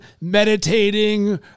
meditating